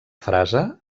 frase